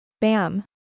Bam